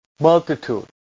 multitude